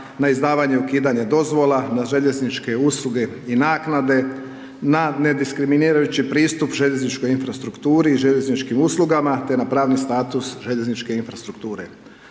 na izdavanje ukidanja dozvola na željezničke usluge i naknade, na nediskriminirajući pristup željezničkoj infrastrukturi i željezničkim uslugama te na pravni status željezničke infrastrukture.